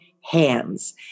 hands